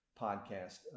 podcast